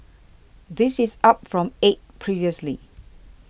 this is up from eight previously